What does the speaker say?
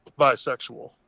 bisexual